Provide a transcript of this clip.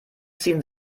ziehen